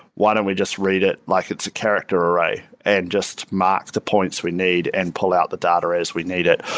why don't we just read it like it's a character array and just mark the points we need and pull out the data as we need it.